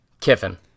Kiffin